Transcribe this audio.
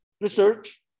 research